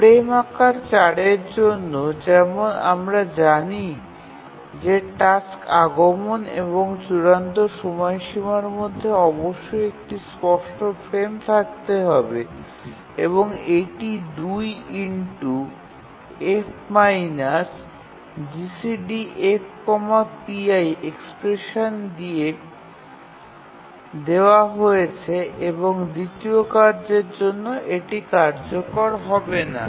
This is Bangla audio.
ফ্রেম আকার ৪এর জন্য যেমন আমরা জানি যে টাস্ক আগমন এবং চূড়ান্ত সময়সীমার মধ্যে অবশ্যই একটি স্পষ্ট ফ্রেম থাকতে হবে এবং এটি 2 F GCD F pi expression দিয়ে দেওয়া হয়েছে এবং দ্বিতীয় কাজের জন্য এটি কার্যকর হবে না